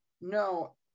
No